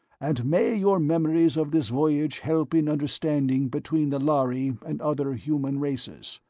and may your memories of this voyage help in understanding between the lhari and other human races.